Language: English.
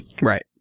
Right